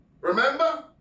remember